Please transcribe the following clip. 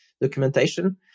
documentation